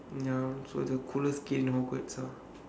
ya so the coolest kid in hogwarts lah